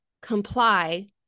comply